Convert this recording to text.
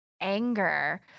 anger